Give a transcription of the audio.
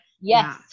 yes